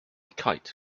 kite